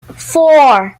four